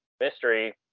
mystery